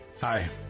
Hi